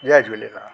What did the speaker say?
Jay Jhulelal